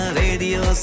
radio